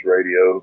Radio